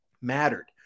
mattered